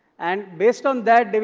and, based on that,